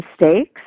mistakes